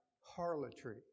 harlotry